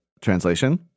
Translation